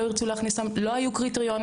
לא ירצו להכניס אותם - לא היו קריטריונים.